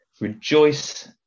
Rejoice